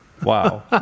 Wow